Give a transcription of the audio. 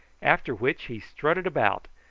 after which he strutted about,